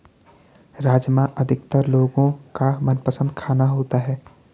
राजमा अधिकतर लोगो का मनपसंद खाना होता है